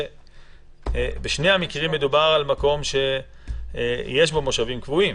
מה מגדיר את התפוסה אם אין כיסאות קבועים?